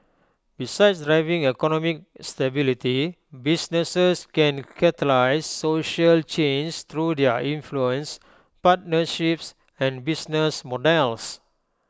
besides driving economic stability businesses can catalyse social change through their influence partnerships and business models